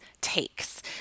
takes